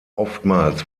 oftmals